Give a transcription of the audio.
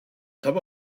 top